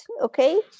Okay